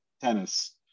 tennis